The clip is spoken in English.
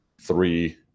three